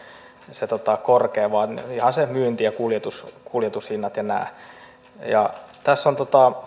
se korkea vaan ihan ne myynti ja kuljetus kuljetus hinnat ja nämä tässä on